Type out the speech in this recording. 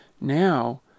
Now